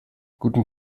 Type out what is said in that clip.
guten